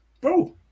Bro